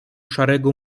szarego